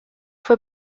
fue